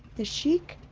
the sheik,